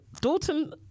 Dalton